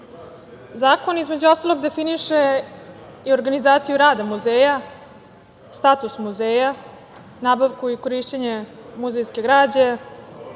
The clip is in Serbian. Zakon, između ostalog, definiše i organizaciju rada muzeja, status muzeja, nabavku i korišćenje muzejske građe,